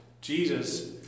Jesus